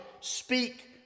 speak